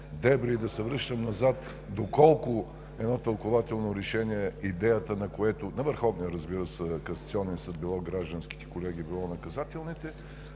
Добре.